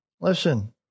Listen